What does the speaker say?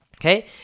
okay